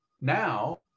Now